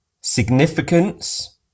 Significance